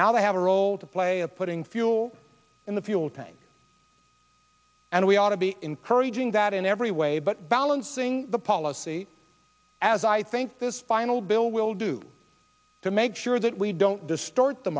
now they have a role to play of putting fuel in the fuel tank and we ought to be encouraging that in every way but balancing the policy as i think this final bill will do to make sure that we don't distort the